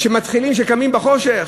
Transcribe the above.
שקמים בחושך?